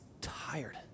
tired